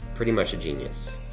pretty much a genius.